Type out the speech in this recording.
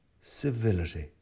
civility